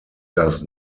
does